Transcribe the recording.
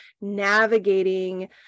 navigating